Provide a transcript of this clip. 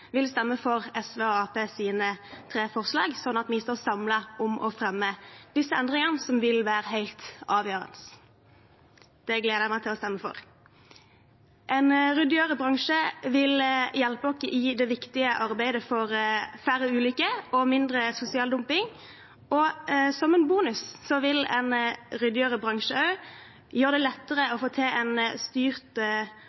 vil stemme for SV og Arbeiderpartiets tre forslag, slik at vi står samlet om å fremme disse endringene som vil være helt avgjørende. Det gleder jeg meg til å stemme for. En ryddigere bransje vil hjelpe oss i det viktige arbeidet for færre ulykker og mindre sosial dumping, og som en bonus vil en ryddigere bransje også gjøre det lettere